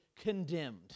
condemned